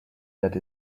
that